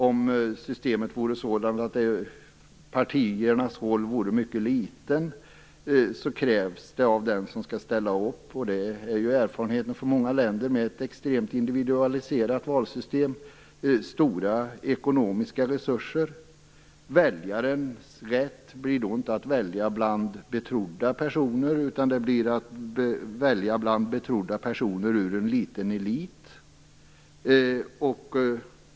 Om partiernas roll är mycket liten krävs det stora ekonomiska resurser hos den som skall ställa upp. Det är erfarenheten från många länder med ett extremt individualiserat valsystem. Väljarens rätt blir inte att välja bland betrodda personer utan att välja bland betrodda personer ur en liten elit.